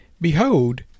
Behold